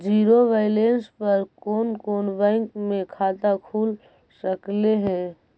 Zero balance पर कोन कोन बैंक में खाता खुल सकले हे?